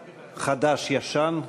חדש-ישן,